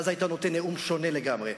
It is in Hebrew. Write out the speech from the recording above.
ואז היית נותן נאום שונה לגמרי.